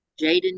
Jaden